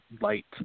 light